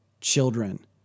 children